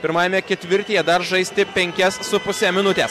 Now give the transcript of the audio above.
pirmajame ketvirtyje dar žaisti penkias su puse minutės